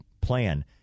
plan